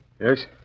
Yes